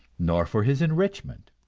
nor for his enrichment,